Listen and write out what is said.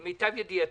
למיטב ידיעתי,